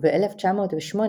וב-1908,